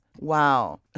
Wow